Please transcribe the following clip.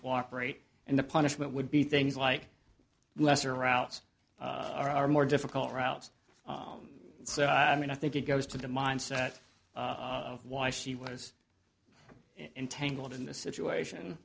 cooperate and the punishment would be things like lesser routes are more difficult routes so i mean i think it goes to the mindset of why she was entangled in the situation